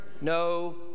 no